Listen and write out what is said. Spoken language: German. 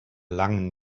langen